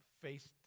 faced